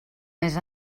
més